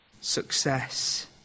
success